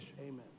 Amen